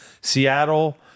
Seattle